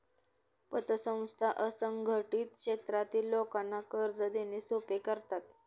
पतसंस्था असंघटित क्षेत्रातील लोकांना कर्ज देणे सोपे करतात